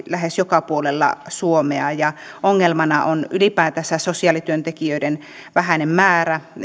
lähes joka puolella suomea ja ongelmana on ylipäätänsä sosiaalityöntekijöiden vähäinen määrä